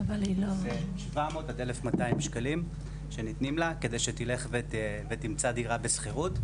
זה 700 עד 1,200 שקלים שניתנים לה כדי שתלך ותמצא דירה בשכירות.